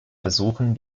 versuchen